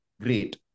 great